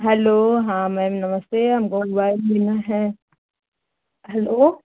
hello हाँ ma'am नमस्ते हमको मोबायल लेना है हलो